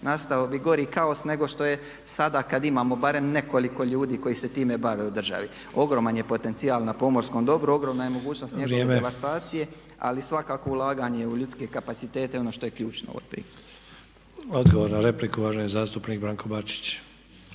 nastao bi gori kaos nego što je sada kad imamo barem nekoliko ljudi koji se time bave u državi. Ogroman je potencijal na pomorskom dobru, ogromna je mogućnost njegove devastacije ali svakako ulaganje u ljudske kapacitete je ono što je ključno. **Sanader, Ante (HDZ)** Odgovor na repliku, uvaženi zastupnik Branko Bačić.